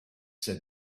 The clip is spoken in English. said